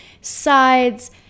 Sides